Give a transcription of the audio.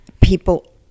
People